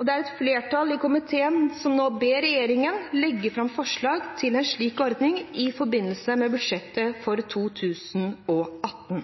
og det er et flertall i komiteen som nå ber regjeringen legge fram forslag til en slik ordning i forbindelse med budsjettet for 2018.